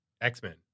X-Men